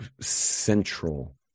central